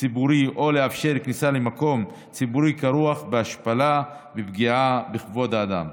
ציבורי או לאפשר כניסה למקום ציבורי כרוך בהשפלה ובפגיעה בכבוד האדם.